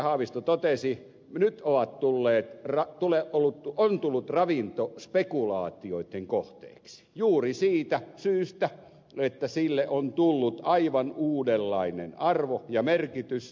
haavisto totesi nyt on tullut ravinto spekulaatioitten kohteeksi juuri siitä syystä että sille on tullut aivan uudenlainen arvo ja merkitys